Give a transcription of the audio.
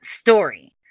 story